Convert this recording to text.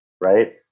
right